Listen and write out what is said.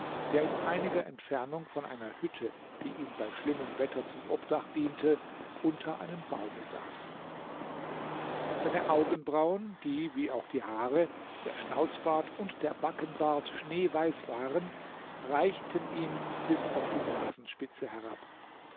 der in einiger entfernung von einer hütte die ihm bei schlimmen wetter zum obdach diente unter einem baume saß seine augenbrauen die wie auch die haare der schnauzbart und der backenbart schneeweiß waren reichten ihm bis auf die nasenspitze herab